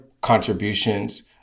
contributions